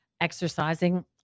exercising